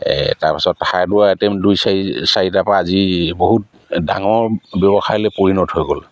এই তাৰপাছত hardware item দুই চাৰি চাৰিটাৰপৰা আজি বহুত ডাঙৰ ব্যৱসায়লৈ পৰিণত হৈ গ'ল